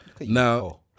now